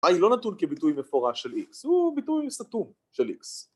i לא נתון כביטוי מפורש של x, הוא ביטוי סתום של x